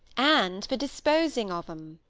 and for disposing of em.